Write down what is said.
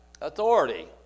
authority